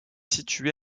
situé